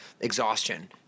exhaustion